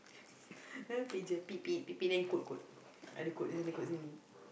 ah pager then code code ada kod sana kod sini